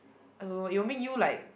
I don't know it will make you like